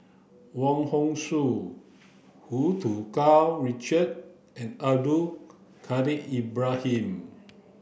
Wong Hong Suen Hu Tsu Tau Richard and Abdul Kadir Ibrahim